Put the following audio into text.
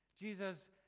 Jesus